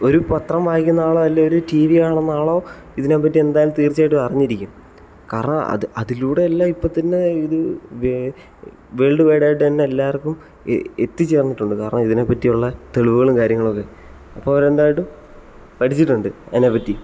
ഒരു പത്രം വായിക്കുന്ന ആളോ അല്ലേ ഒരു ടി വി കാണുന്ന ആളോ ഇതിനെപ്പറ്റി എന്തായാലും തീർച്ചയായിട്ടും അറിഞ്ഞിരിക്കും കാരണം അത് അതിലൂടെ എല്ലാം ഇപ്പോൾ തന്നെ ഇത് വേ വേൾഡ് വൈടായിട്ട് തന്നെ എല്ലാവർക്കും എത്തിച്ചേർന്നിട്ടുണ്ട് കാരണം ഇതിനെപ്പറ്റിയുള്ള തെളിവുകളും കാര്യങ്ങളുമൊക്കെ അപ്പം അവരെന്തായിട്ടും പഠിച്ചിട്ടുണ്ട് അതിനെപ്പറ്റി